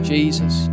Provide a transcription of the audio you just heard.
Jesus